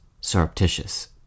surreptitious